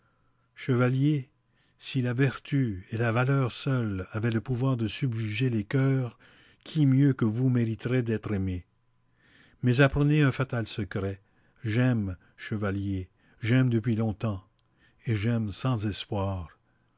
chevalier si la vertu et la valeur seules avaient le pouvoir de subjuguer les coeurs qui mieux que vous mériterait d'être aimé mais apprenez un fatal secret j'aime chevalier j'aime depuis longtems et j'aime sans espoir